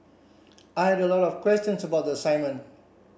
I had a lot of questions about the assignment